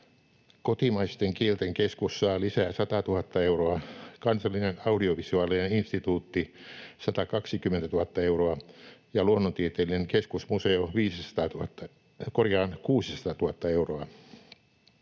Kotimaisten kielten keskus saa lisää 100 000 euroa, Kansallinen audiovisuaalinen instituutti 120 000 euroa ja Luonnontieteellinen keskusmuseo 600 000 euroa.